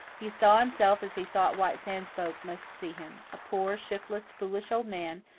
he saw himself as he thought white sands folk must see him a poor, shiftless, foolish old man,